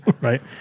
right